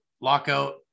lockout